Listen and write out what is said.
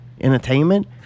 entertainment